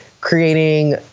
creating